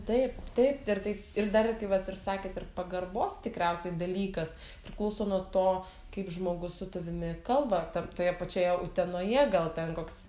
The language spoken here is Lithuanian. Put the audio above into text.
taip taip ir taip ir dar vat ir sakėt ir pagarbos tikriausiai dalykas priklauso nuo to kaip žmogus su tavimi kalba ar ta toje pačioje utenoje gal ten koks